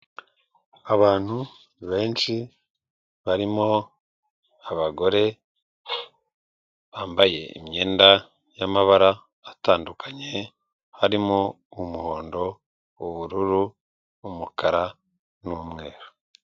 Abantu benshi barimo abagore bambaye imyenda y'amabara atandukanye harimo umuhondo, ubururu n'umukara n'umweru.